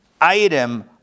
item